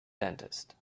dentist